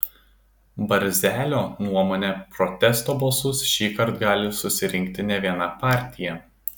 barzelio nuomone protesto balsus šįkart gali susirinkti ne viena partija